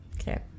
Okay